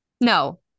No